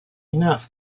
enough